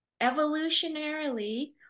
evolutionarily